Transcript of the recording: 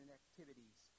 activities